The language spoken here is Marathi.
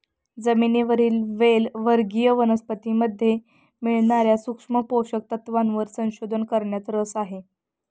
जमिनीवरील वेल वर्गीय वनस्पतीमध्ये मिळणार्या सूक्ष्म पोषक तत्वांवर संशोधन करण्यात रस आहे